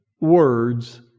Words